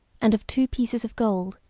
and of two pieces of gold,